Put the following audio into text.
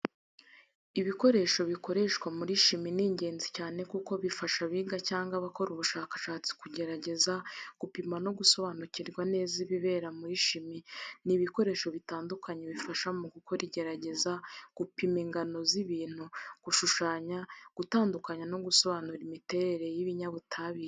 Ibikoresho bikoreshwa muri chimie ni ingenzi cyane kuko bifasha abiga cyangwa abakora ubushakashatsi kugerageza, gupima, no gusobanukirwa neza ibibera mu chimie . Ni ibikoresho bitandukanye bifasha mu gukora igerageza, gupima ingano z’ibintu, gushyushya, gutandukanya no gusobanura imiterere y’ibinyabutabire.